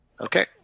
Okay